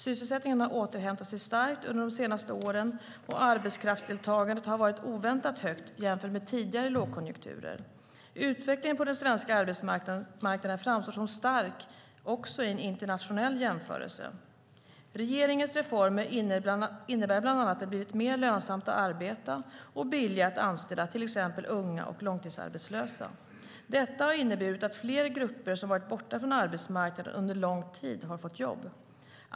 Sysselsättningen har återhämtat sig starkt under de senaste åren, och arbetskraftsdeltagandet har varit oväntat högt jämfört med tidigare lågkonjunkturer. Utvecklingen på den svenska arbetsmarknaden framstår som stark också i en internationell jämförelse. Regeringens reformer innebär bland annat att det blivit mer lönsamt att arbeta och billigare att anställa, till exempel unga och långtidsarbetslösa. Detta har inneburit att fler grupper som varit borta från arbetsmarknaden under lång tid har fått jobb.